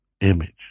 image